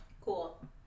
Cool